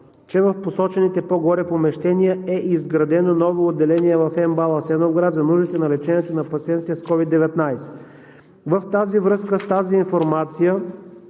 че в посочените по-горе помещения е изградено ново отделение в МБАЛ – Асеновград, за нуждите на лечението на пациентите с COVID-19. В тази връзка, с тази информация